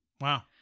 Wow